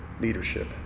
leadership